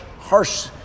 harsh